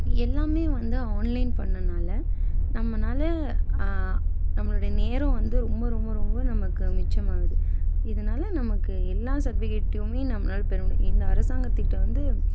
எல்லாம் வந்து ஆன்லைன் பண்ணனால நம்மனால் நம்மளுடைய நேரம் வந்து ரொம்ப ரொம்ப ரொம்ப நமக்கு மிச்சமாகுது இதனால் நமக்கு எல்லா சர்ட்டிஃபிகேட்டையும் நம்மனால் பெற முடியும் இந்த அரசாங்கத் திட்டம் வந்து